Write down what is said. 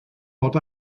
bod